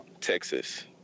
Texas